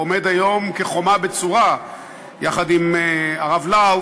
עומד היום כחומה בצורה יחד עם הרב לאו,